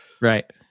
Right